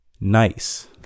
nice